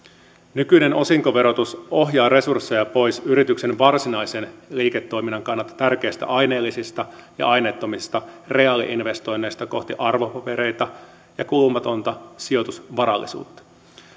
nykyinen osinkoverotus ohjaa resursseja pois yrityksen varsinaisen liiketoiminnan kannalta tärkeistä aineellisista ja aineettomista reaali investoinneista kohti arvopapereita ja kulumatonta sijoitusvarallisuutta